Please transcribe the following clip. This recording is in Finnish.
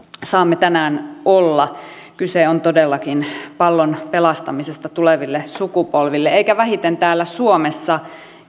saamme tänään olla kyse on todellakin pallon pelastamisesta tuleville sukupolville eikä vähiten täällä suomessa